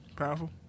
Powerful